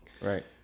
right